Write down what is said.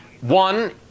One